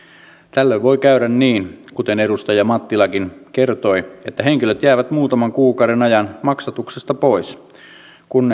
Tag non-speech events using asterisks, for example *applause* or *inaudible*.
tällöin voi käydä niin kuten edustaja mattilakin kertoi että henkilöt jäävät muutaman kuukauden ajan maksatuksesta pois kun *unintelligible*